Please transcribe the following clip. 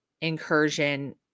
incursion